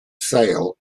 sail